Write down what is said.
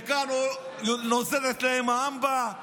וכאן נוזלת להם העמבה,